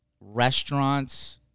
restaurants